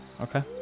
Okay